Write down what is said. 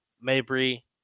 Mabry